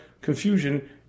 confusion